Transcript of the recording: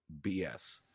BS